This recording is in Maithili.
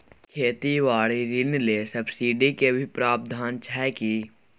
खेती बारी ऋण ले सब्सिडी के भी प्रावधान छै कि?